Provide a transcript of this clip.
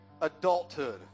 adulthood